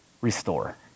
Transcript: restore